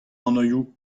anvioù